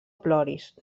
ploris